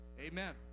Amen